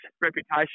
reputation